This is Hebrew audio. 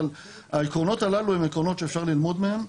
אבל העקרונות הללו הם עקרונות שאפשר ללמוד מהם,